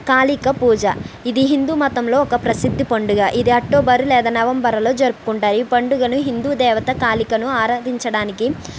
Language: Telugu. కాళిక పూజ ఇది హిందు మతంలో ఒక ప్రసిద్ధి పండుగ ఇది అక్టోబర్ లేదా నవంబర్లో జరుపుకుంటాయి ఈ పండుగను హిందు దేవత కాళికను ఆరాధించడానికి